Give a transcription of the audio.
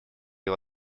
его